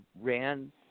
ran